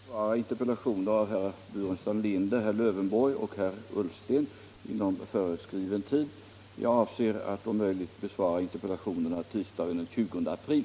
Herr talman! Jag har att meddela att jag inte är i tillfälle att besvara interpellationer om Stålverk 80 av herr Burenstam Linder, herr Lövenborg och herr Ullsten inom föreskriven tid. Jag avser att om möjligt besvara interpellationerna tisdagen den 20 april.